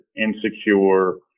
insecure